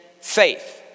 faith